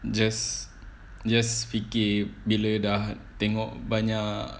just just fikir bila dah tengok banyak